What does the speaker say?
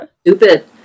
stupid